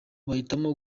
bahitamo